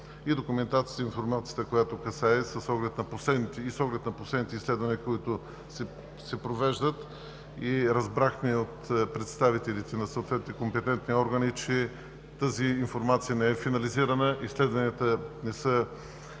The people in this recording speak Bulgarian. и документацията, и информацията, която касае нещата, с оглед на последните изследвания, които се провеждат. Разбрахме от представителите на съответните компетентни органи, че тази информация не е финализирана, изследванията не са